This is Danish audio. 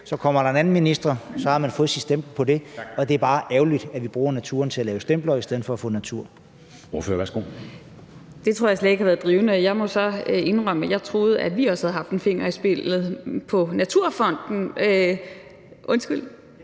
så kommer en anden minister, får vedkommende sat sit stempel på det. Og det er bare ærgerligt, at vi bruger naturen til at sætte stempler i stedet for at få natur.